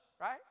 right